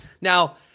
Now